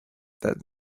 that